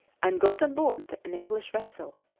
and got on board an english vessel.